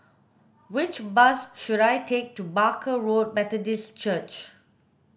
which bus should I take to Barker Road Methodist Church